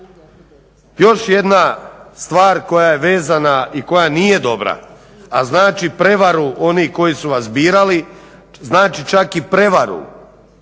Još jedna stvar koja je vezana i koja nije dobra, a znači prevaru onih koji su vas birali, znači čak i prevaru